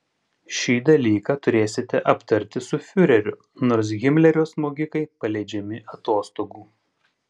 šį dalyką turėsite aptarti su fiureriu nors himlerio smogikai paleidžiami atostogų